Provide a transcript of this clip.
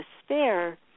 despair